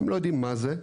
הם לא יודעים מה זה,